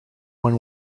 when